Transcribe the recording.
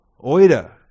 Oida